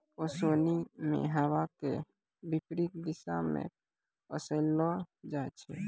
ओसोनि मे हवा के विपरीत दिशा म ओसैलो जाय छै